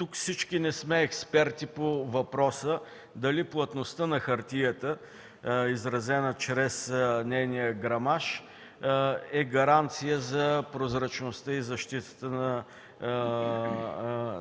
не всички сме експерти по въпроса дали плътността на хартията, изразена чрез нейния грамаж, е гаранция за прозрачността и защитата